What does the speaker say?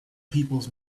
peoples